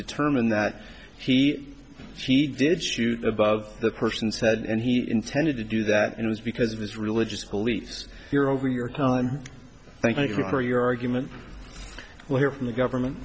determine that he she did shoot above the person said and he intended to do that it was because of his religious beliefs your over your thank you for your argument well here in the government